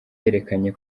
yerekanye